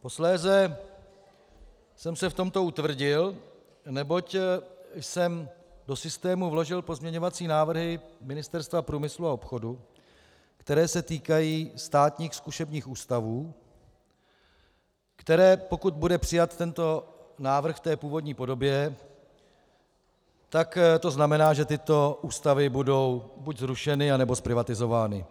Posléze jsem se v tom utvrdil, neboť jsem do systému vložil pozměňovací návrhy Ministerstva průmyslu a obchodu, které se týkají státních zkušebních ústavů, které, pokud bude přijat návrh v původní podobě, tak to znamená, že tyto ústavy budou buď zrušeny, anebo zprivatizovány.